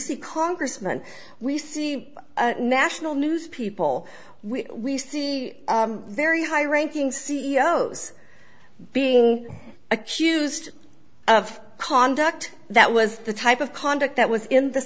see congressman we see national newspeople we we see very high ranking c e o s being accused of conduct that was the type of conduct that was in this